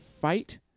fight